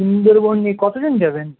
সুন্দরবনে কতজন যাবেন